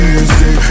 easy